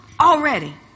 already